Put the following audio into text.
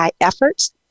efforts